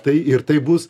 tai ir tai bus